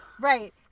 right